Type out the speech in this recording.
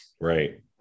Right